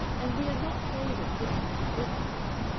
and we are not traders looking at equivalents.